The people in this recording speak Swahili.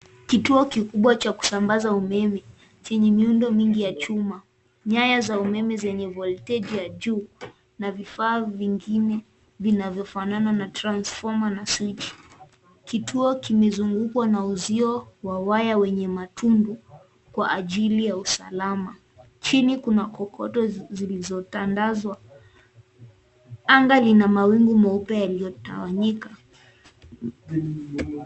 Kituo kikubwa cha kusambaza umeme chenye miundo mengi ya chuma, nyaya za umeme zenye volteji ya juu na vifaa vingine vinavyofanana na transfoma na swichi. Kituo kimezungukwa na uzio wa waya wenye matundu kwa ajili ya usalama chini kuna kokoto zilizotandazwa anga lina mawingu meupe yaliyo tawanyika.